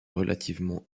relativement